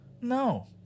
No